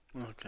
Okay